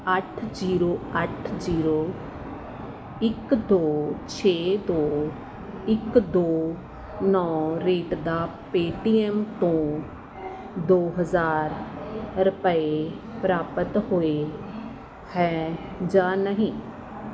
ਅੱਠ ਜੀਰੋ ਅੱਠ ਜੀਰੋ ਇੱਕ ਦੋ ਛੇ ਦੋ ਇੱਕ ਦੋ ਨੌਂ ਰੀਤ ਦਾ ਪੇਟੀਐੱਮ ਤੋਂ ਦੋ ਹਜ਼ਾਰ ਰੁਪਏ ਪ੍ਰਾਪਤ ਹੋਏ ਹੈ ਜਾਂ ਨਹੀਂ